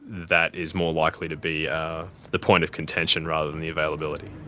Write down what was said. that is more likely to be the point of contention rather than the availability.